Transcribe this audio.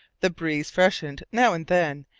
the breeze freshened now and then,